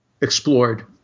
explored